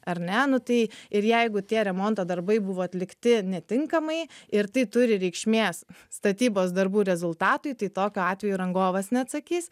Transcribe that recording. ar ne nu tai ir jeigu tie remonto darbai buvo atlikti netinkamai ir tai turi reikšmės statybos darbų rezultatui tai tokiu atveju rangovas neatsakys